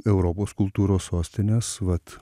europos kultūros sostinės vat